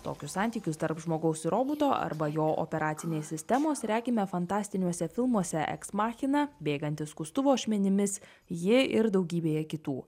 tokius santykius tarp žmogaus ir roboto arba jo operacinės sistemos regime fantastiniuose filmuose eks machina bėgantis skustuvo ašmenimis jie ir daugybėje kitų